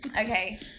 okay